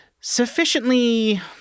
sufficiently